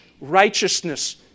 righteousness